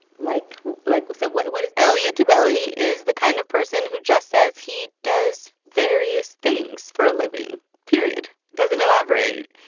like like so what what is. elliot tebele is the kind of person who just says he does various things for a living, period doesn't elaborate.